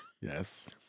Yes